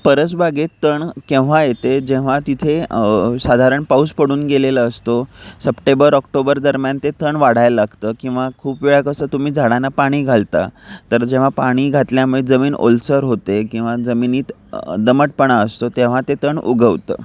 परसबागेत तण केव्हा येते जेव्हा तिथे साधारण पाऊस पडून गेलेला असतो सप्टेबर ऑक्टोबर दरम्यान ते तण वाढायला लागतं किंवा खूप वेळा कसं तुम्ही झाडांना पाणी घालता तर जेव्हा पाणी घातल्यामुळे जमीन ओलसर होते किंवा जमिनीत दमटपणा असतो तेव्हा ते तण उगवतं